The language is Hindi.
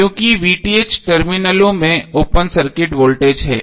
क्योंकि टर्मिनलों में ओपन सर्किट वोल्टेज है